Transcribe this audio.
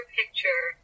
picture